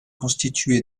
constitué